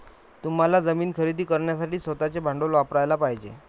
तुम्हाला जमीन खरेदी करण्यासाठी स्वतःचे भांडवल वापरयाला पाहिजे